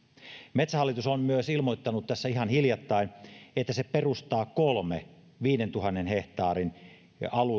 metsähallitus on myös ilmoittanut tässä ihan hiljattain että se perustaa kolme viidentuhannen hehtaarin